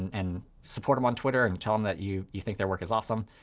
and support them on twitter, and tell them that you you think their work is awesome.